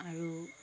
আৰু